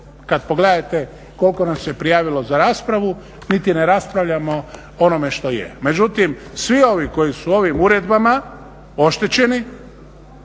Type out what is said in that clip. kada pogledate koliko nas se prijavilo za raspravu niti ne raspravljamo o onome što je. Međutim, svi ovi koji su ovim uredbama oštećeni